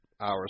hours